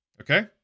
okay